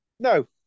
No